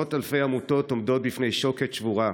עשרות אלפי עמותות עומדות בפני שוקת שבורה,